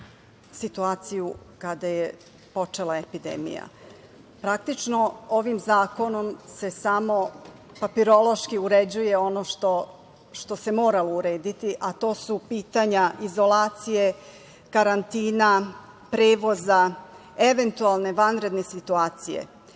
situaciju kada je počela epidemija. Praktično, ovim zakonom se samo papirološki uređuje ono što se mora urediti, a to su pitanja izolacije, karantina, prevoza, eventualne vanredne situacije. Komentari